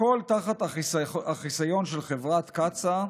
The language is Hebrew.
הכול תחת החיסיון של חברת קצא"א,